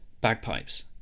bagpipes